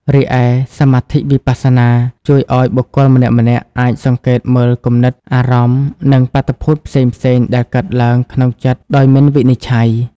រីឯសមាធិវិបស្សនា ជួយឱ្យបុគ្គលម្នាក់ៗអាចសង្កេតមើលគំនិត អារម្មណ៍ និងបាតុភូតផ្សេងៗដែលកើតឡើងក្នុងចិត្តដោយមិនវិនិច្ឆ័យ។